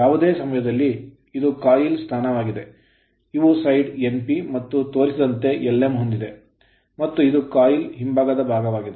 ಯಾವುದೇ ಸಮಯದಲ್ಲಿ ಇದು coil ಕಾಯಿಲ್ ಸ್ಥಾನವಾಗಿದೆ ಇವು ಸೈಡ್ n p ಮತ್ತು ತೋರಿಸಿದಂತೆ l m ಹೊಂದಿದೆ ಮತ್ತು ಇದು coil ಕಾಯಿಲ್ ಹಿಂಭಾಗದ ಭಾಗವಾಗಿದೆ